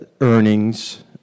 earnings